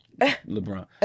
LeBron